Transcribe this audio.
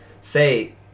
say